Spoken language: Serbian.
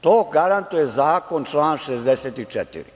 To garantuje zakon, član 64.